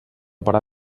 parar